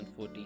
2014